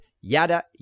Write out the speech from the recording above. yada